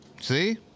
See